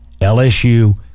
LSU